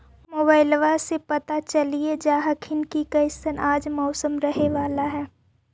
मोबाईलबा से पता चलिये जा हखिन की कैसन आज मौसम रहे बाला है?